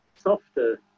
softer